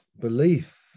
belief